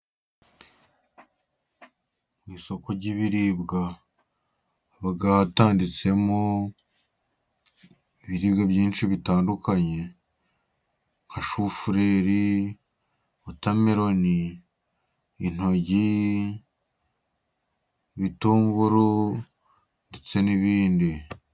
Mu isoko ry'ibiribwa haba hatanditsemo ibiribwa byinshi bitandukanye. Nka shufureri, wotameloni, intoryi, ibitunguru ndetse n'ibindi.